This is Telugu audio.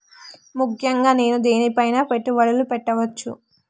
ముఖ్యంగా నేను దేని పైనా పెట్టుబడులు పెట్టవచ్చు?